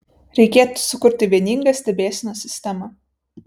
reikėtų sukurti vieningą stebėsenos sistemą